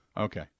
Okay